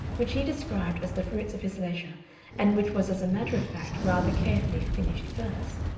which he described as the fruits of his leisure and which was as a matter of fact rather carefully finished verse.